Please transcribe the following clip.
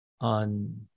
on